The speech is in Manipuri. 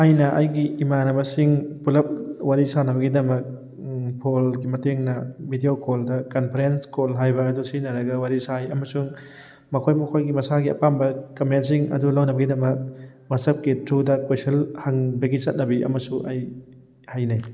ꯑꯩꯅ ꯑꯩꯒꯤ ꯏꯃꯥꯟꯅꯕꯁꯤꯡ ꯄꯨꯜꯂꯞ ꯋꯥꯔꯤ ꯁꯥꯟꯅꯕꯒꯤꯗꯃꯛ ꯐꯣꯜꯒꯤ ꯃꯇꯦꯡꯅ ꯕꯤꯗꯤꯑꯣ ꯀꯣꯜꯗ ꯀꯟꯐꯔꯦꯟ ꯀꯣꯜ ꯍꯥꯏꯕ ꯑꯗꯨ ꯁꯤꯖꯤꯟꯅꯔꯒ ꯋꯥꯔꯤ ꯁꯥꯏ ꯑꯃꯁꯨꯡ ꯃꯈꯣꯏ ꯃꯍꯣꯏꯒꯤ ꯃꯁꯥꯒꯤ ꯑꯄꯥꯝꯕ ꯀꯝꯃꯦꯟꯁꯤꯡ ꯑꯗꯨ ꯂꯧꯅꯕꯒꯤꯗꯃꯛ ꯋꯥꯆꯞꯀꯤ ꯊ꯭ꯔꯨꯗ ꯀꯣꯏꯁꯜ ꯍꯪꯕꯒꯤ ꯆꯠꯅꯕꯤ ꯑꯃꯁꯨ ꯑꯩ ꯍꯩꯅꯩ